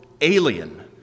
alien